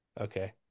Okay